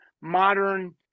modern